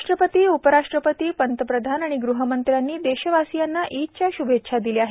राष्ट्रपती उप राष्ट्रपती प्रधानमंत्री आणि गृहमंत्र्यांनी देशवासियांना ईदच्या श्भेच्छा दिल्या आहेत